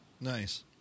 Nice